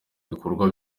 ibikorwa